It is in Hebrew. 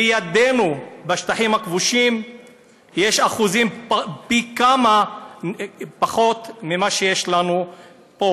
לידנו בשטחים הכבושים יש אחוזים פי כמה פחות ממה שיש לנו פה.